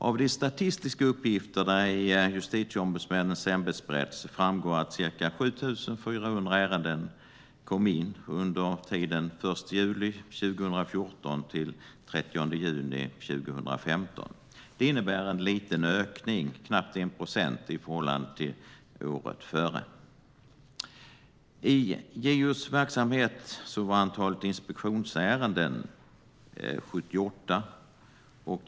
Av de statistiska uppgifterna i Justitieombudsmännens ämbetsberättelse framgår att ca 7 400 ärenden kom in under tiden den 1 juli 2014 till den 30 juni 2015. Det innebär en liten ökning, knappt 1 procent, i förhållande till året före. I JO:s verksamhet var antalet inspektionsärenden 78.